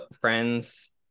friends